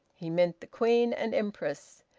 he meant the queen and empress.